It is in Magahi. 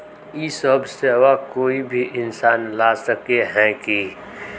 इ सब सेवा कोई भी इंसान ला सके है की?